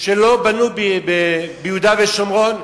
שלא בנו ביהודה ושומרון?